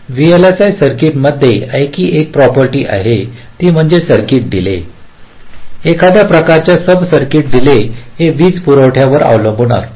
VLSI circuit मध्ये आणखी एक प्रॉपर्टी आहे ती म्हणजे सर्किटचा डीले एखाद्या प्रकारच्या सब सर्किटची डीले हे वीजपुरवठ्यावर अवलंबून असते